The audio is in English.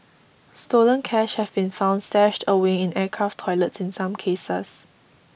stolen cash have been found stashed away in aircraft toilets in some cases